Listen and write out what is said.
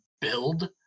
build